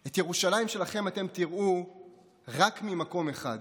את ירושלים שלכם אתם תראו רק ממקום אחד,